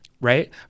Right